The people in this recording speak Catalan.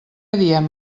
diem